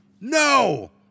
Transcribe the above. No